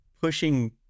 pushing